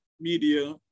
media